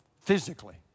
physically